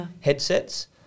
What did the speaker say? headsets